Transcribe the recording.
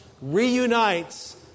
reunites